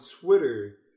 Twitter